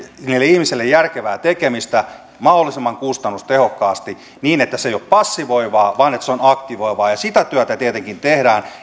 niille ihmisille järkevää tekemistä mahdollisimman kustannustehokkaasti niin että se ei ole passivoivaa vaan että se on aktivoivaa ja sitä työtä tietenkin tehdään